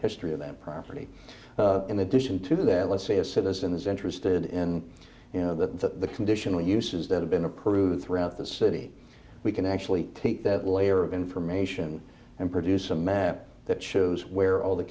history of that property in addition to that let's say a citizen is interested in you know the condition what use is that have been approved throughout the city we can actually take that layer of information and produce a map that shows where all the